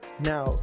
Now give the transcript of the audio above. Now